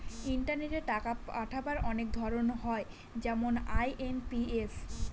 ইন্টারনেটে টাকা পাঠাবার অনেক ধরন হয় যেমন আই.এম.পি.এস